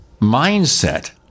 mindset